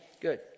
Good